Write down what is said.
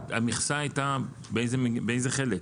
המכסה הייתה באיזה חלק?